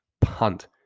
punt